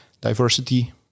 diversity